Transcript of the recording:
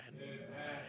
Amen